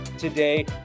today